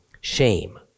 shame